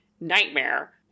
nightmare